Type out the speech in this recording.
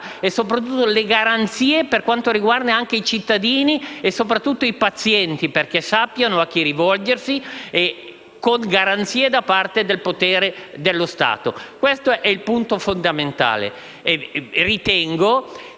e soprattutto le garanzie per quanto riguarda i cittadini e in particolare i pazienti, perché sappiano a chi rivolgersi con garanzie da parte del potere dello Stato. Questo è il punto fondamentale.